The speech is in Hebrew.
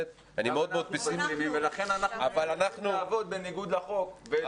ולכן אנחנו נאלצים לעבוד בניגוד לחוק.